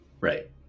Right